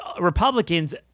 Republicans –